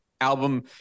album